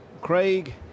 Craig